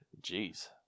Jeez